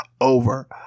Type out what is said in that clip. over